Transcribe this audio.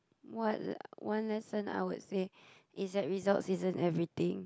what one lesson I would say is that results isn't everything